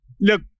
look